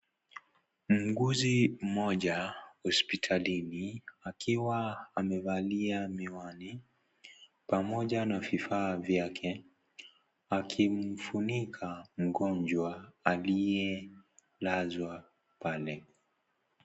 Muuguzi mmoja hospitalini akiwa amevalia miwani pamoja na vifaa vyake, akimfunika mgonjwa aliyelazwa pale.